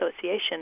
association